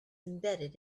embedded